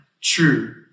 true